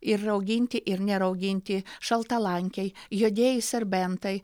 ir rauginti ir nerauginti šaltalankiai juodieji serbentai